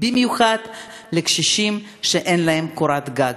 במיוחד לקשישים שאין להם קורת גג.